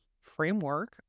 framework